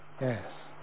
Yes